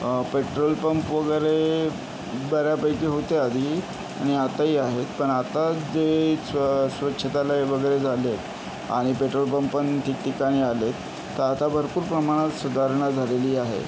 petrol pump वगैरे बऱ्यापैकी होते आधी आणि आताही आहेत पण आता जे स्वच्छतालयं वगैरे झाले आणि पेट्रोल पंप पण ठिकठिकाणी आले तर आता भरपूर प्रमाणात सुधारणा झालेली आहे